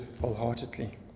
wholeheartedly